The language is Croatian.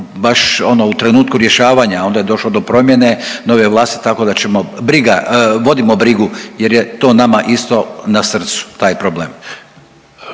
ono u trenutku rješavanja, onda je došlo do promjene nove vlasti, tako da ćemo, briga, vodimo brigu jer je to nama isto na srcu, taj problem.